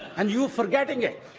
and you're forgetting it.